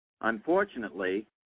Unfortunately